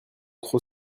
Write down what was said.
trop